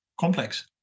complex